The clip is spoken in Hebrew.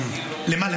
למה?